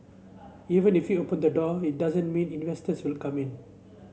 even if him open the door it doesn't mean investors will come in